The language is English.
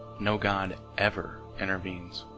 no god ever intervenes